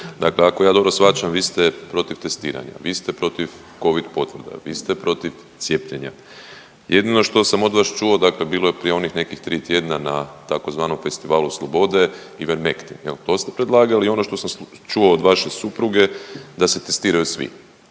dakle ako ja dobro shvaćam vi ste protiv testiranja, vi ste protiv covid potvrda, vi ste protiv cijepljenja. Jedino što sam od vas čuo dakle bilo je prije onih tri tjedna na tzv. festivalu slobode Ivermektin to ste predlagali i ono što sam čuo od vaše supruge da se testiraju svi,